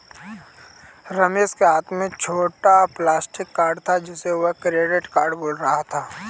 रमेश के हाथ में छोटा प्लास्टिक कार्ड था जिसे वह क्रेडिट कार्ड बोल रहा था